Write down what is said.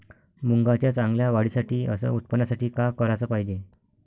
मुंगाच्या चांगल्या वाढीसाठी अस उत्पन्नासाठी का कराच पायजे?